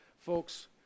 folks